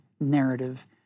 narrative